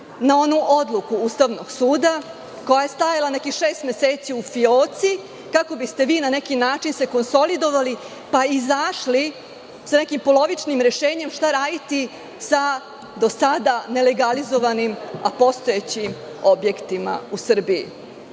na onu odluku Ustavnog suda koja je stajala nekih šest meseci u fioci, kako biste vi na neki način se konsolidovali, pa izašli sa nekim polovičnim rešenjem – šta raditi sa do sada nelegalizovanim, a postojećim objektima u Srbiji.